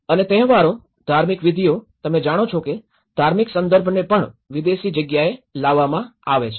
અને તહેવારો ધાર્મિક વિધિઓ તમે જાણો છો કે ધાર્મિક સંબંધને પણ વિદેશી જગ્યાએ લાવવામાં આવે છે